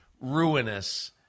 ruinous